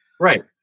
Right